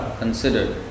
considered